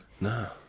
no